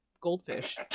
goldfish